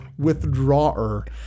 Withdrawer